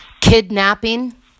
Kidnapping